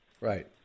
Right